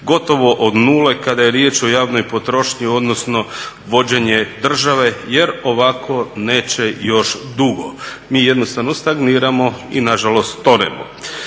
gotovo od nule kada je riječ o javnoj potrošnji odnosno vođenje države jer ovako neće još dugo. Mi jednostavno stagniramo i nažalost tonemo.